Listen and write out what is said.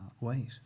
wait